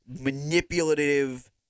manipulative